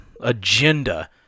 agenda